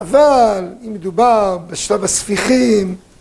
אבל אם מדובר בשלב הספיחים